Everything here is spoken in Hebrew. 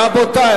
רבותי,